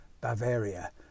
Bavaria